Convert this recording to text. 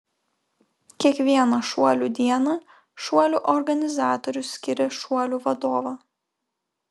kiekvieną šuolių dieną šuolių organizatorius skiria šuolių vadovą